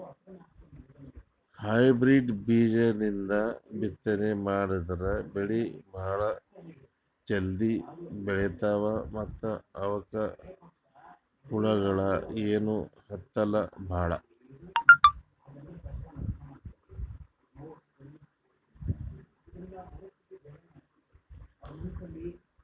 hybrid ಬೀಜಾಲಿಂದ ಬಿತ್ತನೆ ಮಾಡದ್ರ್ ಬೆಳಿ ಭಾಳ್ ಜಲ್ದಿ ಬೆಳೀತಾವ ಮತ್ತ್ ಅವಕ್ಕ್ ಹುಳಗಿಳ ಏನೂ ಹತ್ತಲ್ ಭಾಳ್